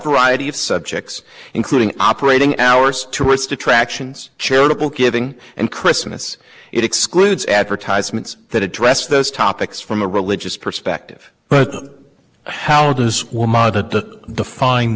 id of subjects including operating hours tourist attractions charitable giving and christmas it excludes advertisements that address those topics from a religious perspective but how does one moderate the find